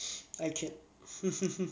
I can~